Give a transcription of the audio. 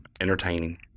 entertaining